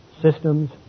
systems